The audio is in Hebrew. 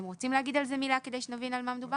אתם רוצים להגיד על זה מילה כדי שנבין על מה מדובר?